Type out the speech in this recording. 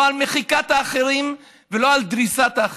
לא על מחיקת האחרים ולא על דריסת האחרים.